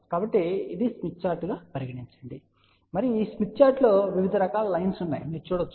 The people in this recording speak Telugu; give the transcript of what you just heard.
కాబట్టి ఇది స్మిత్ చార్ట్ గా పరిగణించండి మరియు ఈ స్మిత్ చార్టులో వివిధ రకాల లైన్స్ ఉన్నాయని మీరు చూడవచ్చు